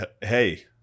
hey